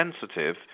sensitive